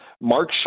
Mark